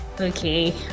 Okay